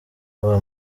aba